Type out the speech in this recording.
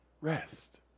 rest